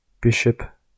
Bishop